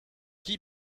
qui